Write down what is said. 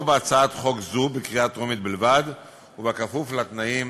בהצעת חוק זו בקריאה טרומית בלבד ובכפוף לתנאים